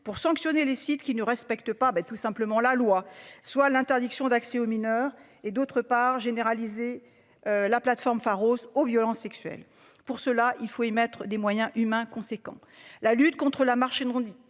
pour sanctionner les sites qui ne respectent pas, ben tout simplement la loi, soit l'interdiction d'accès aux mineurs et d'autre part généraliser. La plateforme Pharos aux violences sexuelles. Pour cela il faut émettre des moyens humains conséquents. La lutte contre la marché